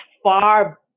far